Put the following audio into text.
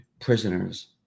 prisoners